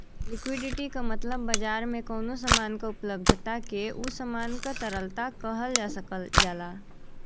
liquidity क मतलब बाजार में कउनो सामान क उपलब्धता के उ सामान क तरलता कहल जा सकल जाला